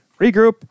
regroup